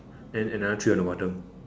and another three on the bottom